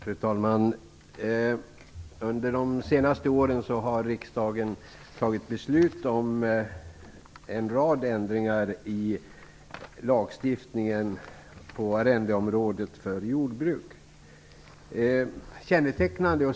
Fru talman! Under de senaste åren har riksdagen fattat beslut om en rad ändringar i lagstiftningen på arrendeområdet för jordbruk.